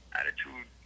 attitude